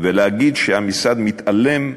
ולהגיד שהמשרד מתעלם,